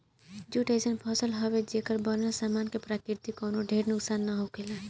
jute अइसन फसल हवे, जेकर बनल सामान से प्रकृति के कवनो ढेर नुकसान ना होखेला